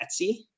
Etsy